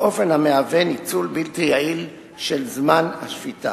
באופן המהווה ניצול בלתי יעיל של זמן השפיטה.